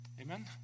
Amen